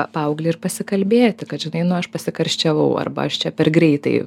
paauglį ir pasikalbėti kad žinai nu aš pasikarščiavau arba aš čia per greitai